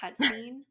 cutscene